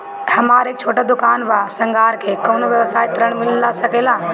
हमर एक छोटा दुकान बा श्रृंगार के कौनो व्यवसाय ऋण मिल सके ला?